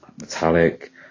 metallic